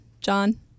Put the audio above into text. John